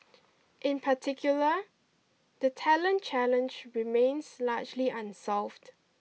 in particular the talent challenge remains largely unsolved